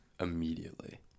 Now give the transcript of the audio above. Immediately